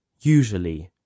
Usually